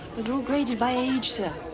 graded by age, sir.